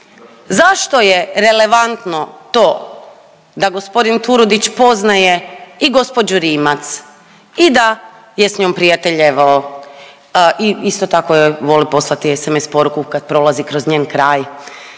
zašto je relevantno to da g. Turudić poznaje i gđu. Rimac i da je s njom prijateljevao i isto tako joj voli poslati SMS poruku kad prolazi kroz njen kraj,